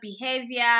behavior